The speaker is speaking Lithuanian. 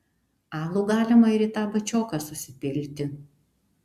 alų galima ir į tą bačioką susipilti